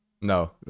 No